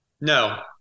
No